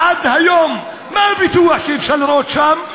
עד היום מה הפיתוח שאפשר לראות שם,